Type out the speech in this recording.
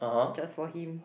just for him